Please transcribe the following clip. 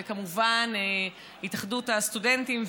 וכמובן התאחדות הסטודנטים,